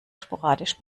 sporadisch